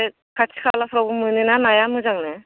बे खाथि खालाफ्रावबो मोनो ना नाया मोजांनो